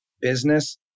business